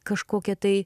kažkokia tai